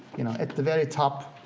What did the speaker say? you know, at the very top